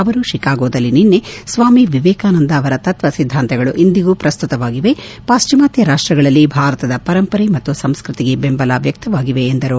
ಅವರು ಷಿಕಾಗೋದಲ್ಲಿ ನಿನ್ನೆ ಸ್ವಾಮಿ ವಿವೇಕಾನಂದ ಅವರ ತತ್ವ ಸಿದ್ದಾಂತಗಳು ಇಂದಿಗೂ ಪ್ರಸ್ತುತವಾಗಿವೆ ಪಾಶ್ಚಿಮಾತ್ಯ ರಾಷ್ಟಗಳಲ್ಲಿ ಭಾರತದ ಪರಂಪರೆ ಮತ್ತು ಸಂಸ್ನತಿಗೆ ಬೆಂಬಲ ವ್ಚಕ್ತವಾಗಿವೆ ಎಂದರು